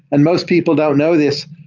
and most people don't know this.